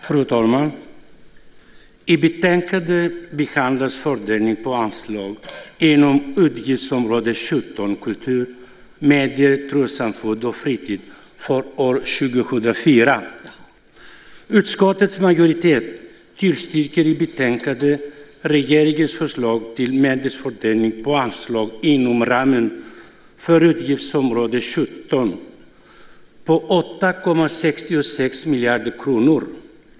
Fru talman! I betänkandet behandlas fördelningen av anslag inom utgiftsområde 17 Kultur, medier, trossamfund och fritid för år 2004. Utskottets majoritet tillstyrker i betänkandet regeringens förslag till medelsfördelning på anslag inom ramen för utgiftsområde 17 på 8,66 miljarder kronor.